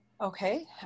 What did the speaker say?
Okay